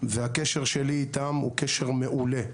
והקשר שלי איתם הוא קשר מעולה.